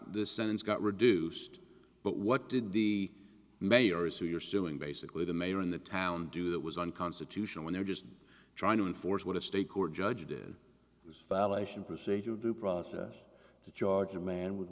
the sentence got reduced but what did the mayors who you're suing basically the mayor in the town do that was unconstitutional when they're just trying to enforce what a state court judge did was violation procedural due process to charge a man with